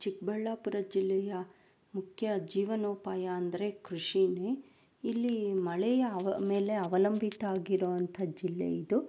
ಚಿಕ್ಕಬಳ್ಳಾಪುರ ಜಿಲ್ಲೆಯ ಮುಖ್ಯ ಜೀವನೋಪಾಯ ಅಂದರೆ ಕೃಷಿಯೇ ಇಲ್ಲಿ ಮಳೆಯ ಅವ ಮೇಲೆ ಅವಲಂಬಿತ ಆಗಿರುವಂಥ ಜಿಲ್ಲೆ ಇದು